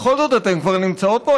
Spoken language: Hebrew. בכל זאת אתן כבר נמצאות פה,